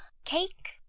cake?